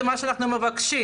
זה מה שאנחנו מבקשים.